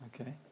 okay